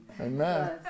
Amen